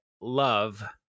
love